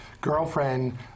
girlfriend